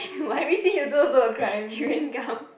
everything you do also a crime